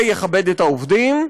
זה יכבד את העובדים,